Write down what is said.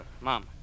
Mom